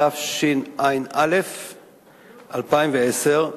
התשע"א 2010,